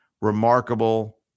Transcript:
remarkable